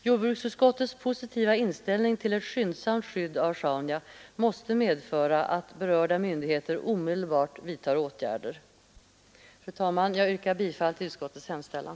Jordbruksutskottets positiva inställning till ett skyndsamt skydd av Sjaunja måste medföra att berörda myndigheter omedelbart vidtar åtgärder. Fru talman! Jag yrkar bifall till utskottets hemställan.